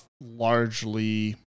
largely